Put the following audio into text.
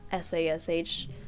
SASH